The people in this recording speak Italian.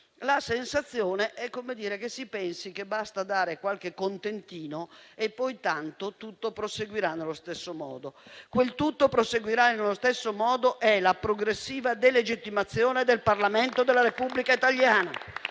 la sensazione è che si pensi che basti dare qualche contentino, tanto poi tutto proseguirà nello stesso modo. Quel «tutto proseguirà nello stesso modo» è la progressiva delegittimazione del Parlamento della Repubblica italiana